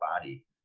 body